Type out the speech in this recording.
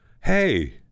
hey